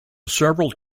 several